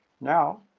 now